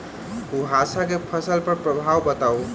कुहासा केँ फसल पर प्रभाव बताउ?